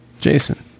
Jason